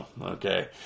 Okay